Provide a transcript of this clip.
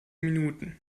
minuten